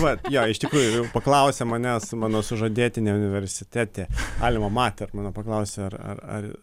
vat jo iš tikrųjų paklausė manęs mano sužadėtinė universitete alma mater mano paklausė ar ar ar